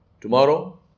Tomorrow